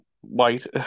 white